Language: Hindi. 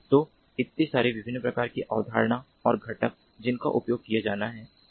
और इतने सारे विभिन्न प्रकार की अवधारणाएं और घटक जिनका उपयोग किया जाना है